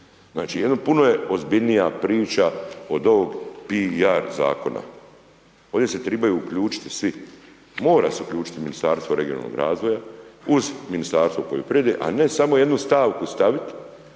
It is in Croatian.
Znači puno je ozbiljnija priča od ovog PR zakona. Ovdje se trebaju uključiti svi. mora se uključiti Ministarstvo regionalnog razvoja uz Ministarstvo poljoprivrede a ne samo jednu stavku stavit